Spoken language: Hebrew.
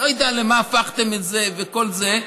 אני לא יודע לְמה הפכתם את כל זה וכל זה.